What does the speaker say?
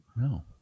No